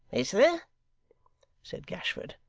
is there said gashford.